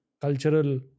cultural